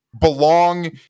belong